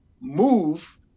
move